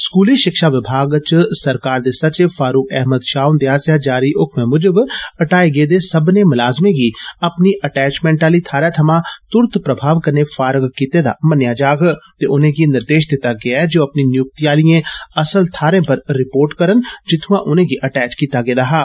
स्कूली शिक्षा विभाग च सरकार दे सचिव फारुक अहमद शाह हुन्दे आस्सेआ जारी हुकमै मुजब हटाए गेदे सब्बने मलाजमें गी अपनी अटैचमैंट आली थाहरै थमा तुरत प्रभाव कन्ने फारग कीते दा मन्नेया जाग ते उनेंगी निर्देश दिता गेया ऐ जे ओ अपनी नियुक्ति आलिए असल थारें पर रपोट करन जित्थुआं उनेगी अटैच कीता गेदा हा